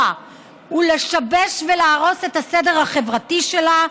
בה ולשבש ולהרוס את הסדר החברתי שלה,